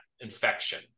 infection